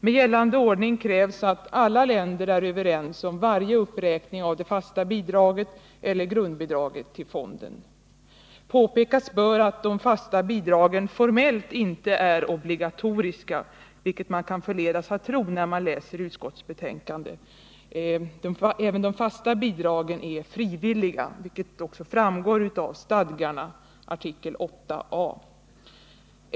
Med gällande ordning krävs att alla länder är överens om varje uppräkning av det fasta bidraget, eller grundbidraget, till fonden. Påpekas bör att de fasta bidragen formellt inte är obligatoriska, vilket man kan förledas att tro när man läser utskottsbetänkandet. Även de fasta bidragen är frivilliga, vilket också framgår av stadgarna, artikel 8 a.